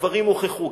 הדברים הוכחו,